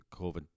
COVID